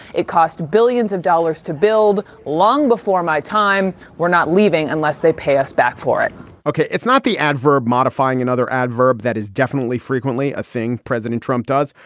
it cost billions of dollars to build long before my time. we're not leaving unless they pay us back for it ok. it's not the adverb modifying another adverb that is definitely frequently a thing president trump does.